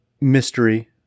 mystery